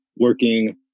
working